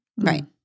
Right